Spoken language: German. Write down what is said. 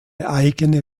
eigene